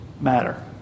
matter